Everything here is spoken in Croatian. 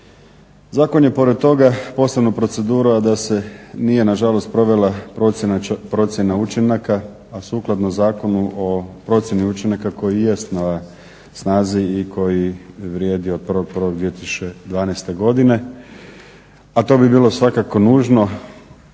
Zakon je pored toga poslan u proceduru, a da se nije nažalost provela procjena učinaka, a sukladno zakonu o procjeni učinaka koji jest na snazi i koji vrijedi od 1.1.2012. godine, a to bi bilo svakako nužno